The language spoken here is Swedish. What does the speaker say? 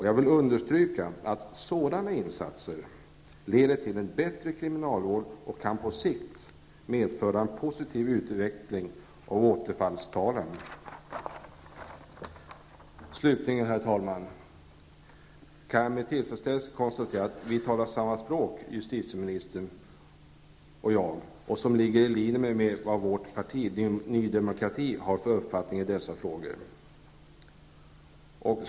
Jag vill understryka att sådana insatser leder till en bättre kriminalvård och kan på sikt medföra en positiv utveckling när det gäller återfallstalen. Herr talman! Jag kan med tillfredsställelse konstatera att justitieministern och jag talar samma språk. Det ligger i linje med Ny Demokratis uppfattning i dessa frågor.